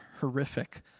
horrific